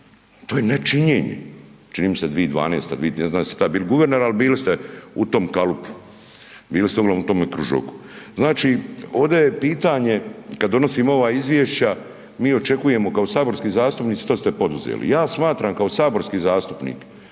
to je nečinjenje. Čini mi se 2012., 2013., ne znam jel ste tad bili guverner, ali bili ste u tom kalupu, bili ste uglavnom u tome kružoku. Znači ovde je pitanje kad donosimo ova izvješća mi očekujemo kao saborski zastupnici što ste poduzeli. Ja smatram kao saborski zastupnik